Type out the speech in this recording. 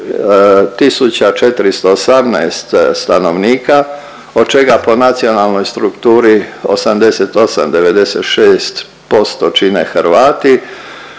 418 stanovnika, od čega po nacionalnoj strukturi, 88,96% čine Hrvati,